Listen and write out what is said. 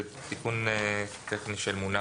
זה תיקון טכני של מונח.